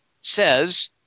says